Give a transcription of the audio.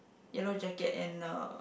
yellow jacket and a